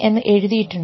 എന്ന് എഴുതിയിട്ടുണ്ട്